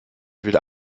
wieder